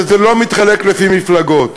וזה לא מתחלק לפי מפלגות.